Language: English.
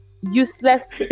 useless